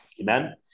amen